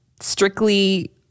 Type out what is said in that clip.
strictly